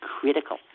critical